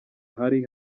hari